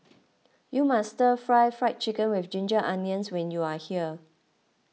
you must Stir Fried Fried Chicken with Ginger Onions when you are here